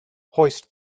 hoist